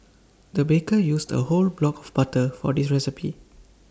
the baker used A whole block of butter for this recipe